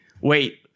Wait